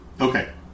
Okay